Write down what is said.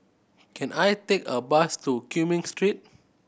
can I take a bus to Cumming Street